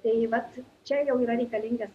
tai vat čia jau yra reikalingas